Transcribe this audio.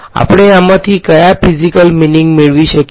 આપણે આમાંથી કયા ફીઝીકલ મીનીંગ મેળવી શકીએ